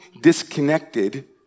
disconnected